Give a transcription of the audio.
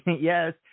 Yes